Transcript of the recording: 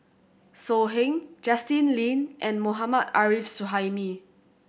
So Heng Justin Lean and Mohammad Arif Suhaimi